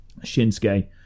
Shinsuke